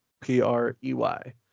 P-R-E-Y